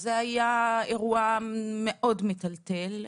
זה היה אירוע מאוד מטלטל,